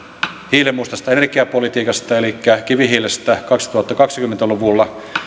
hiilenmustasta energiapolitiikasta elikkä kivihiilestä kaksituhattakaksikymmentä luvulla